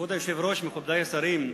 כבוד היושב-ראש, מכובדי השרים,